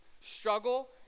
struggle